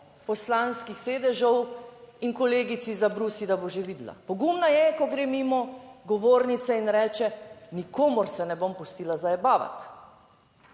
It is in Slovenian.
poslanskih sedežev in kolegici zabrusi, da bo že videla. Pogumna je, ko gre mimo govornice in reče, nikomur se ne bom pustila zajebavati.